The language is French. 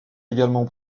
également